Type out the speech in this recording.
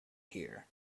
here